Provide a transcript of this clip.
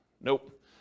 nope